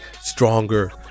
stronger